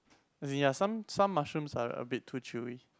as in ya some some mushrooms are a bit too chewy